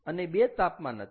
અને બે તાપમાન હતા